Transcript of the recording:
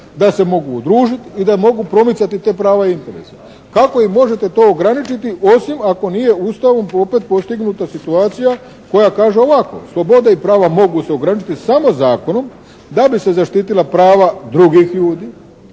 da se mogu udružit i da mogu promicati ta prava i interese. Kako im možete to ograničiti osim ako nije Ustavom opet postignuta situacija koja kaže ovako: "Slobode i prava mogu se ograničiti samo zakonom da bi se zaštitila prava drugih ljudi,